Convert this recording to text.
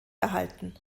erhalten